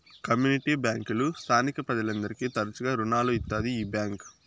community బ్యాంకులు స్థానిక ప్రజలందరికీ తరచుగా రుణాలు ఇత్తాది ఈ బ్యాంక్